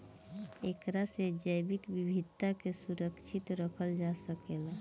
एकरा से जैविक विविधता के सुरक्षित रखल जा सकेला